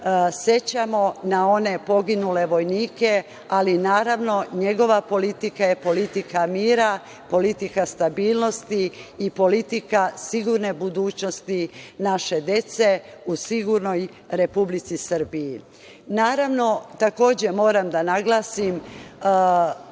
sećamo na one poginule vojnike. Naravno, njegova politika je politika mira, politika stabilnosti i politika sigurne budućnosti nađe dece u sigurnoj Republici Srbiji. Naravno, takođe moram da naglasim